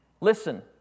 Listen